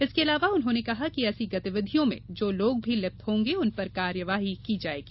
इसके अलावा उन्होंने कहा कि ऐसी गतिविधियों में जो लोग भी लिप्त होंगे उन पर कार्यवाही की जाएगी